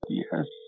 yes